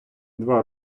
два